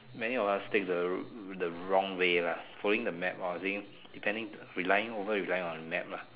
many of us take the the wrong way lah following the map or depending relying over relying on the map lah